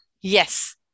Yes